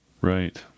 Right